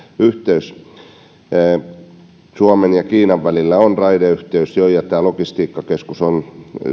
yhteys raideyhteys suomen ja kiinan välillä on jo ja tämä logistiikkakeskus on